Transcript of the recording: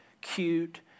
cute